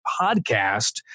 podcast